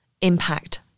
impact